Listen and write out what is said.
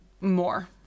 more